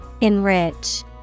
Enrich